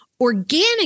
Organic